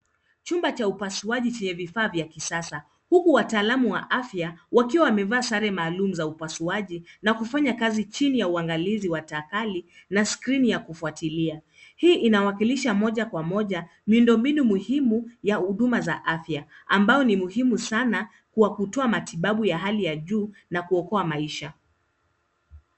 Chumba cha upasuaji chenye vifaa vya kisasa. Wataalamu wa afya wamevaa sare maalum za upasuaji na wanafanya kazi chini ya uangalizi wa teknolojia na skrini ya kufuatilia. Hii inawakilisha moja kwa moja miundombinu muhimu ya huduma za afya, ambayo ni muhimu sana katika kutoa matibabu ya hali ya juu na kuokoa maisha.